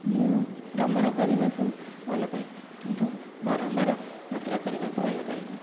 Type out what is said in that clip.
ମୁଁ ଭ୍ରମଣ କରିବାକୁ ଭଲ ପାଏ କିନ୍ତୁ ବାରମ୍ବାର ଯାତ୍ରା କରିବାକୁ ଭଲ ପାଏନି